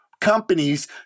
companies